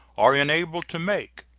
are enabled to make,